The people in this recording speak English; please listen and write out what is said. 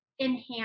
enhance